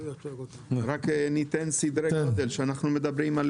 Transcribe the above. רק ניתן סדרי גודל: אנחנו מדברים על